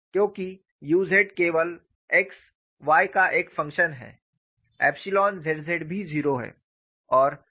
क्योंकि u z केवल x y का एक फंक्शन है zz भी 0 है